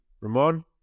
Ramon